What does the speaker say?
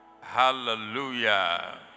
Hallelujah